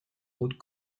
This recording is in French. routes